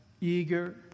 eager